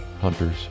hunters